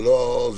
זה לא המקום.